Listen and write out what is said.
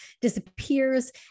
disappears